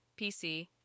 PC